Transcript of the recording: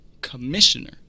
commissioner